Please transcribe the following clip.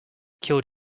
killed